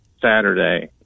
Saturday